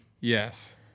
Yes